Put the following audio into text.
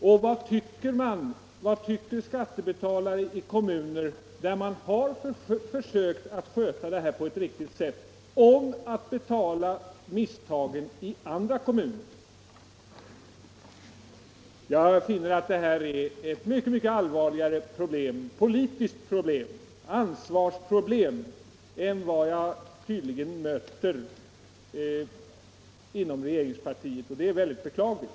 Och vad anser skattebetalare i de kommuner där man har försökt att sköta det här på ett riktigt sätt om att behöva betala misstagen i andra kommuner? Jag finner att detta är ett mycket allvarligare politiskt problem och ansvarsproblem än man tydligen anser inom regeringspartiet. Detta är beklagligt.